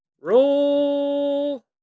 roll